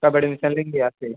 कब एडमिशन लेंगी यहाँ पऱ